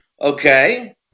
Okay